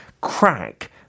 crack